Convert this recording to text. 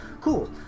Cool